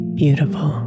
beautiful